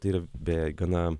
tai yra beje gana